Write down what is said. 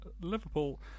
Liverpool